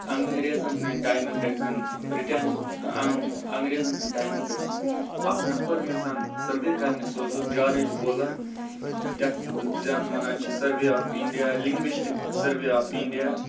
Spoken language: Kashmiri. انگریزن ہِنٛدۍ ٹایمہِ پٮ۪ٹھ برٛٹین انگریزن ہِنٛدۍ ٹایمہِ پٮ۪ٹھ اکھ نَفر یُس زَن سٔروے کرنہِ سوزُکھ جارِج بوٗلر یتھ زَن وَنان چھِ survey of India linguistic survey of India